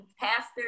pastor